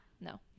No